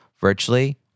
virtually